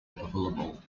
available